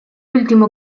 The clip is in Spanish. último